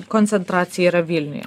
koncentracija yra vilniuje